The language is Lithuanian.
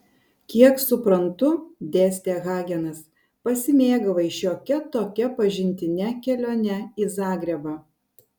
kiek suprantu dėstė hagenas pasimėgavai šiokia tokia pažintine kelione į zagrebą